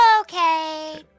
Okay